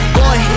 boy